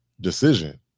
decision